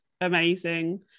amazing